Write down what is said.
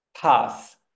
pass